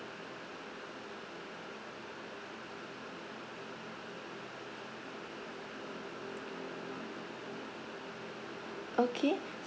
okay